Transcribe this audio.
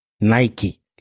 Nike